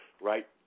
right